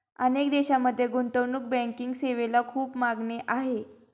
अनेक देशांमध्ये गुंतवणूक बँकिंग सेवेला खूप मागणी आहे